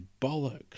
bollocks